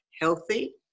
healthy